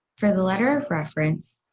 for the letter of reference,